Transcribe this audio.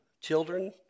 children